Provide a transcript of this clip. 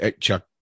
Chuck